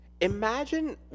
Imagine